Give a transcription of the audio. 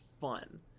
fun